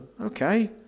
Okay